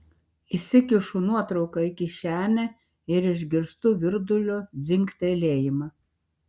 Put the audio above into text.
įsikišu nuotrauką į kišenę ir išgirstu virdulio dzingtelėjimą